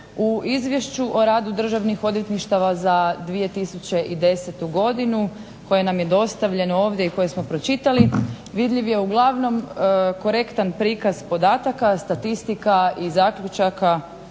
U Izvješću o radu državnih odvjetništava za 2010. godinu koje nam je dostavljeno ovdje i koje smo pročitali vidljiv je uglavnom korektan prikaz podataka, statistika i zaključaka